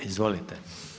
Izvolite.